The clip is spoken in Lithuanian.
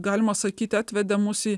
galima sakyti atvedė mus į